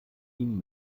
ihnen